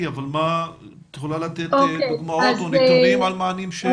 אבל את יכולה לתת לי דוגמאות לגבי מענים?